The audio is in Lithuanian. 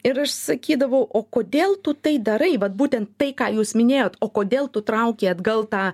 ir aš sakydavau o kodėl tu tai darai vat būtent tai ką jūs minėjot o kodėl tu trauki atgal tą